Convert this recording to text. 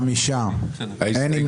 שלושה בעד, חמישה נגד, אין נמנעים.